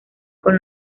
con